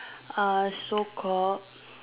oh so call